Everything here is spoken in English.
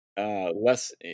less